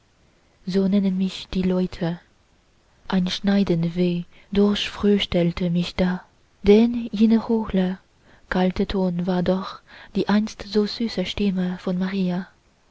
so nennen mich die leute ein schneidend weh durchfröstelte mich da denn jener hohle kalte ton war doch die einst so süße stimme von maria